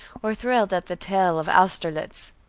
or thrilled at the tale of austerlitz.